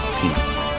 peace